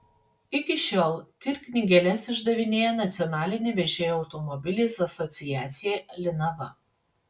iki šiol tir knygeles išdavinėja nacionalinė vežėjų automobiliais asociacija linava